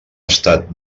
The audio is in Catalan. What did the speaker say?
estat